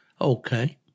Okay